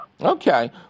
Okay